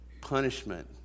punishment